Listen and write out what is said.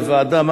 לוועדה?